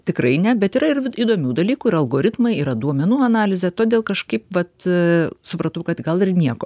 tikrai ne bet yra ir įdomių dalykų yra algoritmai yra duomenų analizė todėl kažkaip vat supratau kad gal ir nieko